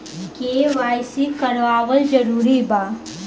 KYC करवावल जरूरी बा?